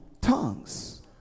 tongues